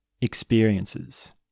experiences